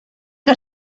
que